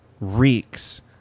reeks